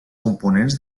components